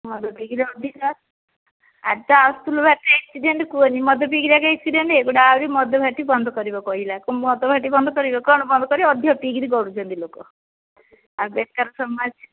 ମଦ ପିକିରି ଆଜି ତ ଆସୁଥିଲୁ ବାଟେ ଏକ୍ସିଡେଣ୍ଟ କୁହନି ମଦ ପିକରି ଏତେ ଏକ୍ସିଡେଣ୍ଟ ଏଗୁଡ଼ା ଆହୁରି ମଦ ଭାଟି ବନ୍ଦ କରିବ କହିଲା ମଦ ଭାଟି ବନ୍ଦ କରିବେ କଣ ବନ୍ଦ କରିବେ ଅଧିକ ପିକିରି ଗଡ଼ୁଛନ୍ତି ଲୋକ ଆଉ ବେକାର ସମାଜ